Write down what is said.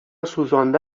سوزانده